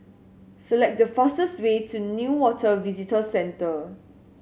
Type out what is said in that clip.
select the fastest way to Newater Visitor Centre